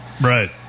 Right